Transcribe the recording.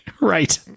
Right